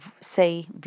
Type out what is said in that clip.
say